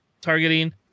Targeting